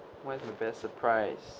what is the best surprise